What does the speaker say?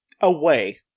away